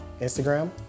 Instagram